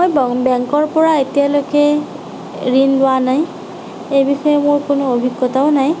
মই বেংকৰ পৰা এতিয়ালৈকে ঋণ লোৱা নাই এই বিষয়ে মোৰ কোনো অভিজ্ঞতাও নাই